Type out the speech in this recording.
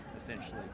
essentially